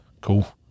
Cool